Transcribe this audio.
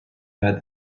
had